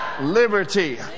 liberty